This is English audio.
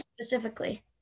specifically